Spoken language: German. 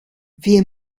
wir